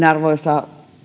arvoisa